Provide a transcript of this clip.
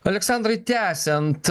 aleksandrai tęsiant